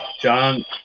John